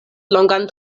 longan